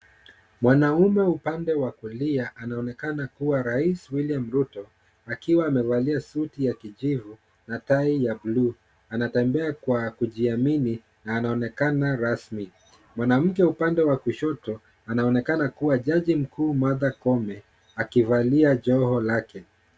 Mwanaume upande wa kulia anaonekana kuwa Rais William Ruto akiwa amevalia suti ya kijivu na tai ya buluu. Ana tembea kwa kujiamini na anaonekana rasmi. Mwanamke upande wa kushoto anaonekana kua jaji mkuu Martha Koome akivalia joho lake.